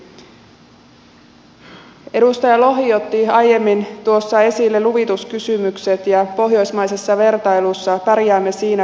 edustaja lohi otti aiemmin tuossa esille luvituskysymykset ja pohjoismaisessa vertailussa pärjäämme siinä huonosti